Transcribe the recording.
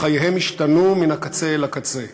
וחייהם השתנו מן הקצה אל הקצה.